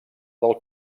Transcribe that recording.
del